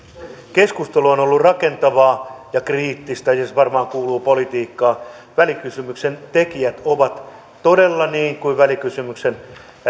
keskustelu on ollut rakentavaa ja kriittistä ja se varmaan kuuluu politiikkaan välikysymyksen tekijät ovat todella niin kuin välikysymyksen